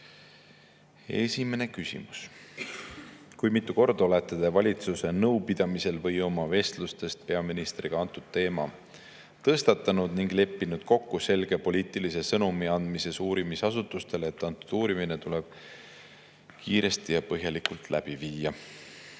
Esimene küsimus: kui mitu korda olete te valitsuse nõupidamisel või oma vestlustes peaministriga antud teema tõstatanud ning leppinud kokku selge poliitilise sõnumi andmises uurimisasutustele, et see uurimine tuleb kiiresti ja põhjalikult läbi viia?